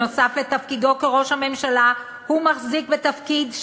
נוסף על תפקידו כראש הממשלה הוא מחזיק בתפקידים